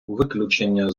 виключення